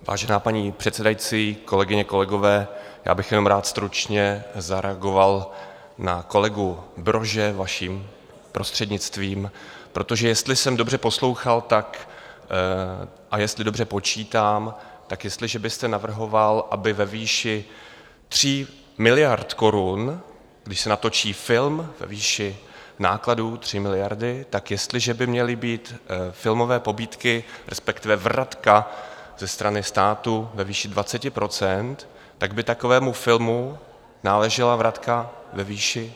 Vážená paní předsedající, kolegyně, kolegové, já bych jenom rád stručně zareagoval na kolegu Brože, vaším prostřednictvím, protože jestli jsem dobře poslouchal a jestli dobře počítám, tak jestliže vy jste navrhoval, aby ve výši 3 miliard korun, když se natočí film ve výši nákladů 3 miliardy, tak jestliže by měly být filmové pobídky, respektive vratka ze strany státu ve výši 20 %, tak by takovému filmu náležela vratka ve výši...